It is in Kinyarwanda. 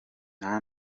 nta